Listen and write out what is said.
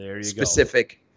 specific